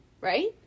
right